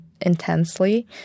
intensely